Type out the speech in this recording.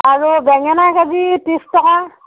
আৰু বেঙেনা K G ত্ৰিছ টকা